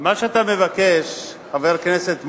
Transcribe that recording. מה שאתה מבקש, חבר הכנסת מולה,